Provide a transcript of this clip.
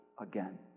again